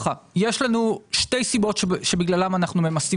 יש לנו שתי סיבות שבגללן אנחנו ממסים